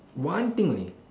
one thing only